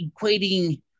equating